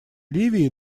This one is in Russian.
ливии